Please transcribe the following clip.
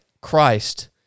Christ